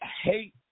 hate